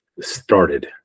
started